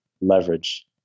leverage